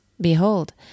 Behold